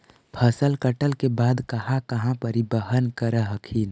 फसल कटल के बाद कहा कहा परिबहन कर हखिन?